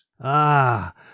Ah